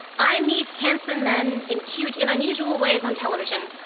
i meet handsome men in cute and unusual ways on television.